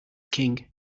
king